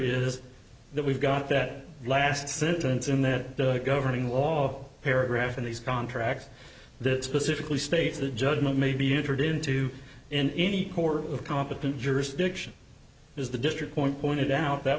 is that we've got that last sentence in that governing law paragraph in these contracts that specifically states the judgment may be entered into in any court of competent jurisdiction is the district point pointed out that